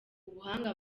ubuhanga